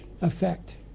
effect